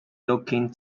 looking